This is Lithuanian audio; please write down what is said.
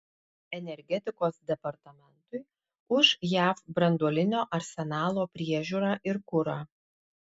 energetikos departamentui už jav branduolinio arsenalo priežiūrą ir kurą